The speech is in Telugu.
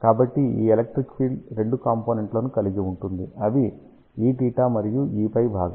కాబట్టి ఈ ఎలక్ట్రిక్ ఫీల్డ్ రెండు కాంపోనెంట్లను కలిగి ఉంది అవి Eθ మరియు Eφ భాగం